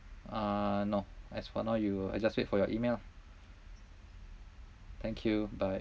uh no as for now you I just wait for your email lah thank you bye